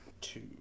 two